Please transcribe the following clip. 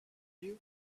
you